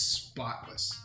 spotless